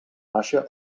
baixa